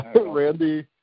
Randy